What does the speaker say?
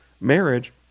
marriage